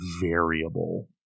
variable